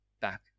back